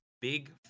Big